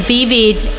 Vivid